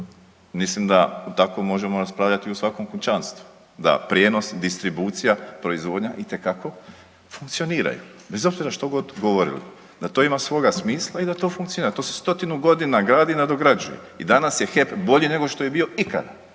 mislim da tako možemo raspravljati u svakom kućanstvu da prijenos, distribucija, proizvodnja itekako funkcioniraju, bez obzira što god govorili da to ima svoga smisla i da to funkcionira, to se stotinu godina gradi i nadograđuje i danas je HEP bolji nego što je bio ikada,